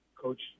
coach